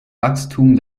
wachstum